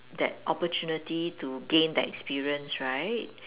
that opportunity to gain that experience right